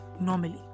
normally